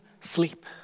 sleep